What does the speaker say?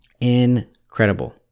Incredible